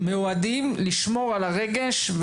מאוהדים לשמור על הרגש,